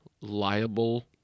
liable